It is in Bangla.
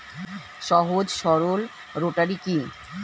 সহজ সরল রোটারি কি?